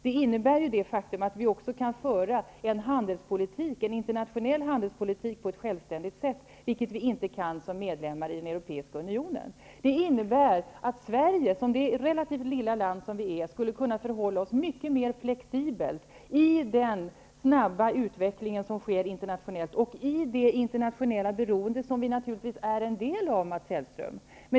Det innebär de facto också att vi kan föra en internationell handelspolitik på ett självständigt sätt, vilket vi inte skulle kunna som medlemmar i den europeiska unionen. Det innebär att Sverige som det relativt lilla land det är skulle kunna förhålla sig mycket mer flexibelt i den snabba utveckling som sker internationellt och i det internationella beroende, som vi naturligtvis är en del av, Mats Hellström.